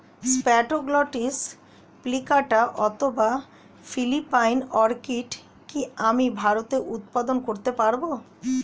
Spathoglottis plicata অথবা Philippine orchid কি আমি ভারতে উৎপাদন করতে পারবো?